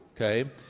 okay